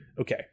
Okay